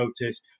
notice